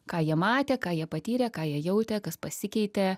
ką jie matė ką jie patyrė ką jie jautė kas pasikeitė